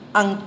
ang